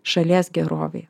šalies gerovei